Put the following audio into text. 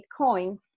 Bitcoin